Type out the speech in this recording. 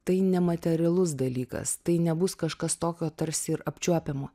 tai nematerialus dalykas tai nebus kažkas tokio tarsi ir apčiuopiamo